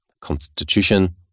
constitution